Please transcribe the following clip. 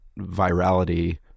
virality